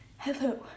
Hello